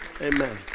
Amen